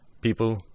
people